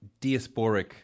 diasporic